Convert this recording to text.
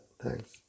thanks